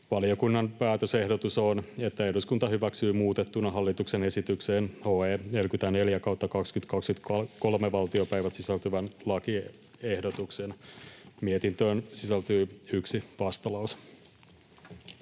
Valiokunnan päätösehdotus on, että eduskunta hyväksyy muutettuna hallituksen esitykseen HE 44/2023 vp sisältyvän lakiehdotuksen. Mietintöön sisältyy yksi vastalause.